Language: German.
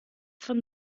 von